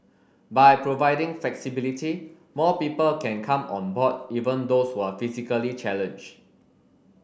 by providing flexibility more people can come on board even those who are physically challenged